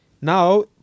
now